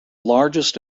largest